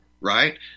right